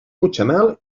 mutxamel